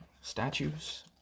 statues